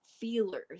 feelers